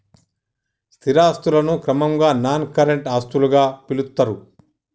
స్థిర ఆస్తులను క్రమంగా నాన్ కరెంట్ ఆస్తులుగా పిలుత్తరు